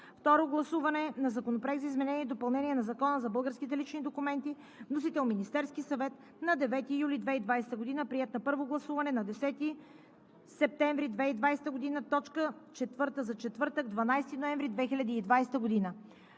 Второ гласуване на Законопроекта за изменение и допълнение на Закона за българските лични документи. Вносител – Министерският съвет, 9 юли 2020 г. Приет на първо гласуване на 10 септември 2020 г. – точка четвърта за четвъртък, 12 ноември 2020 г.